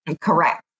Correct